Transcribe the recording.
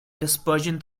dispersion